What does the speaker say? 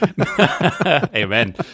amen